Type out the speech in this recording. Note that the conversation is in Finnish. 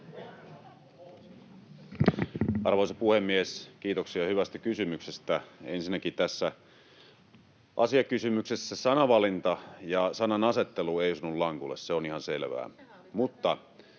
Arvoisa puhemies! Kiitoksia hyvästä kysymyksestä. — Ensinnäkin tässä asiakysymyksessä sanavalinta ja sananasettelu ei osunut lankulle. Se on ihan selvää.